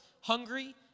hungry